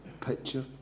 picture